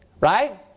Right